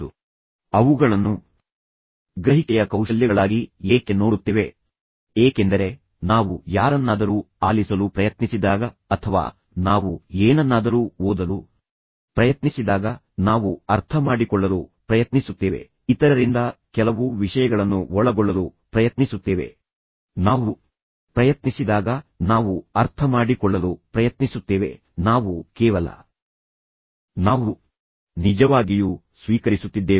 ನಾವು ಅವುಗಳನ್ನು ಗ್ರಹಿಕೆಯ ಕೌಶಲ್ಯಗಳಾಗಿ ಏಕೆ ನೋಡುತ್ತೇವೆ ಏಕೆಂದರೆ ನಾವು ಯಾರನ್ನಾದರೂ ಆಲಿಸಲು ಪ್ರಯತ್ನಿಸಿದಾಗ ಅಥವಾ ನಾವು ಏನನ್ನಾದರೂ ಓದಲು ಪ್ರಯತ್ನಿಸಿದಾಗ ನಾವು ಅರ್ಥಮಾಡಿಕೊಳ್ಳಲು ಪ್ರಯತ್ನಿಸುತ್ತೇವೆ ನಾವು ಗ್ರಹಿಸಲು ಪ್ರಯತ್ನಿಸುತ್ತೇವೆ ನಾವು ಇತರರಿಂದ ಕೆಲವು ವಿಷಯಗಳನ್ನು ಒಳಗೊಳ್ಳಲು ಪ್ರಯತ್ನಿಸುತ್ತೇವೆ ನಾವು ತಿಳಿದುಕೊಳ್ಳಲು ಪ್ರಯತ್ನಿಸುತ್ತೇವೆ ನಾವು ಕೇವಲ ನಾವು ನಿಜವಾಗಿಯೂ ಸ್ವೀಕರಿಸುತ್ತಿದ್ದೇವೆ ನಾವು ಇನ್ಪುಟ್ಗಳನ್ನು ಇತರರಿಂದ ಸ್ವೀಕರಿಸುತ್ತಿದ್ದೇವೆ